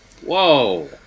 Whoa